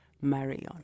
Marion